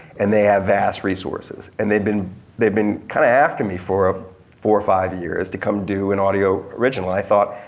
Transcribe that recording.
and they have vast resources and they've been they've been kind of after me for four or five years to come do an audio original. i thought,